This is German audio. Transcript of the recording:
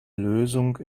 lösung